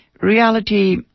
Reality